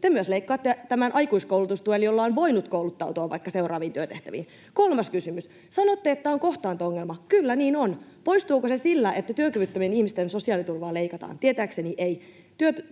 te myös leikkaatte tämän aikuiskoulutustuen, jolla on voinut kouluttautua vaikka seuraaviin työtehtäviin. Kolmas kysymys: Sanotte, että on kohtaanto-ongelma. Kyllä, niin on. Poistuuko se sillä, että työkyvyttömien ihmisten sosiaaliturvaa leikataan? Tietääkseni ei.